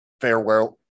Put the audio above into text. farewell